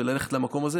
וללכת למקום הזה.